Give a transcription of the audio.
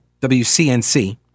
WCNC